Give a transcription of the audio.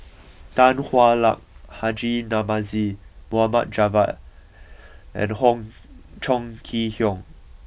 Tan Hwa Luck Haji Namazie Mohd Javad and Hong Chong Kee Hiong